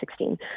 2016